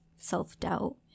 self-doubt